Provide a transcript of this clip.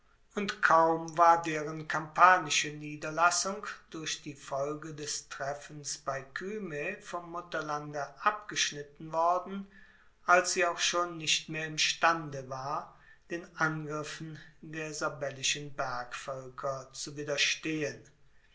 und kaum war deren kampanische niederlassung durch die folgen des treffens bei kyme vom mutterlande abgeschnitten worden als sie auch schon nicht mehr imstande war den angriffen der sabellischen bergvoelker zu widerstehen